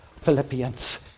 Philippians